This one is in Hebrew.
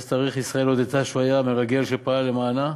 באיזה תאריך ישראל הודתה שהוא היה מרגל שפעל למענה?